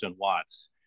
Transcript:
watts